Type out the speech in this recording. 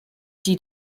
die